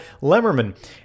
Lemmerman